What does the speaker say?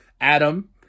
Adam